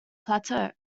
plateau